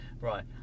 Right